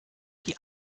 die